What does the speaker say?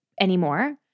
anymore